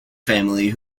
family